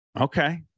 Okay